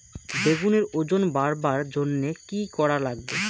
বেগুনের ওজন বাড়াবার জইন্যে কি কি করা লাগবে?